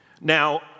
Now